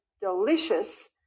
delicious